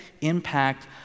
impact